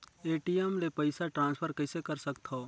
ATM ले पईसा transfer कइसे कर सकथव?